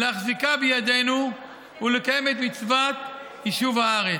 להחזיקה בידינו ולקיים את מצוות יישוב הארץ.